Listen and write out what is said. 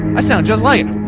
i sound just like